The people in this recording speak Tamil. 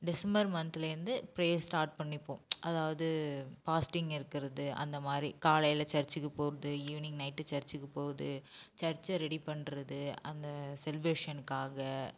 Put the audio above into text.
டிசம்பர் மந்த்துலேர்ந்து ப்ரேயர் ஸ்டார்ட் பண்ணிப்போம் அதாவது பாஸ்டிங் இருக்கிறது அந்த மாதிரி காலையில் சர்ச்சுக்குப் போகறது ஈவ்னிங் நைட்டு சர்ச்சுக்குப் போகறது சர்ச்சை ரெடி பண்ணுறது அந்த செலிப்ரேஷனுக்காக